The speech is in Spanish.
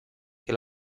que